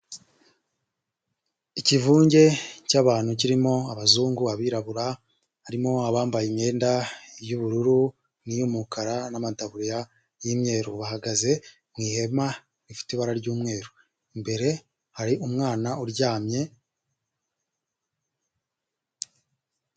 Ikivunge cy'abantu kirimo abazungu, abirabura harimo abambaye imyenda y'ubururu n'iy'umukara n'amataburiya y'imyeru. Bahagaze mu ihema rifite ibara ry'umweru imbere hari umwana uryamye.